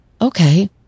okay